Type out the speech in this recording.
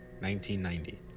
1990